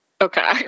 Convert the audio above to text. Okay